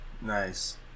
Nice